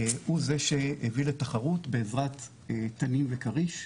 הוא זה שהביא לתחרות בעזרת "תנין" ו"כריש",